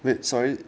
wait sorry